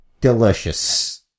delicious